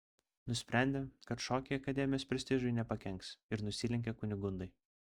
nusprendė kad šokiai akademijos prestižui nepakenks ir nusilenkė kunigundai